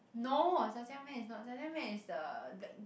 no zha jiang mian is not zha jiang mian is the black